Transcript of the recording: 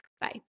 bye